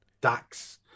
DAX